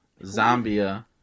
Zambia